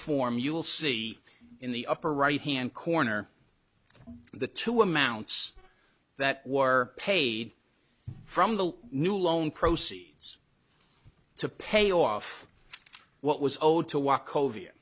form you will see in the upper right hand corner the two amounts that were paid from the new loan proceeds to pay off what was owed to walk over here